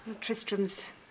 Tristram's